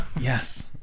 Yes